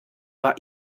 war